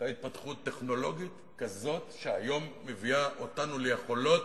היתה התפתחות טכנולוגית כזאת שהיום היא מביאה אותנו ליכולת